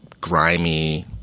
grimy